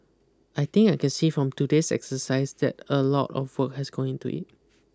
I think I can see from today's exercise that a lot of work has gone into it